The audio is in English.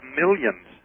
millions